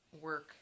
work